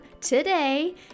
today